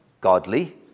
godly